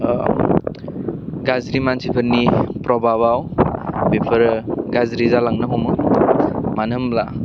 गाज्रि मानसिफोरनि प्रबाबाव बेफोरो गाज्रि जालांनो हमो मानो होमब्ला